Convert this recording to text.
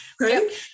right